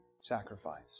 sacrifice